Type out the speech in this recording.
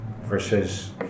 Versus